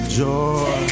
joy